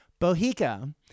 Bohica